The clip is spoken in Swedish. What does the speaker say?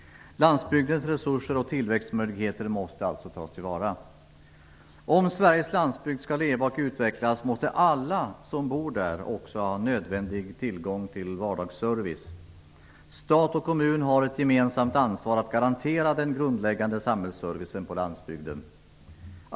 Landsbygdens resurser och tillväxtmöjligheter måste alltså tas till vara. Om Sveriges landsbygd skall leva och utvecklas måste alla som bor där också ha tillgång till nödvändig vardagsservice. Stat och kommun har ett gemensamt ansvar för att garantera den grundläggande samhällsservicen på landsbygden.